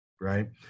right